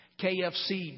KFC